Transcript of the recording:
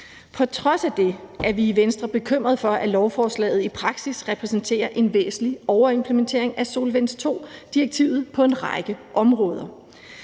På trods af det er vi i Venstre bekymrede for, at lovforslaget i praksis repræsenterer en væsentlig overimplementering af solvens II-direktivet på en række områder.